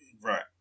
Right